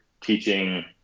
teaching